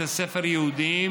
בתי ספר יהודיים,